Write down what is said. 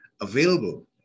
available